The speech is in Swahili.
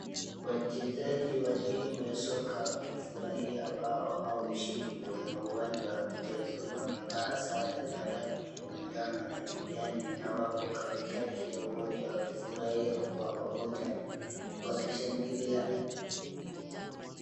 Wachezaji wa timu ya soka wakifurahia mbao au ushindi kwenye uwanja wa michezo wamevaa sare za rangi ya manjano na kijani na wapo katikati ya uwanja wakifurahia kwa pamoja wakishangilia.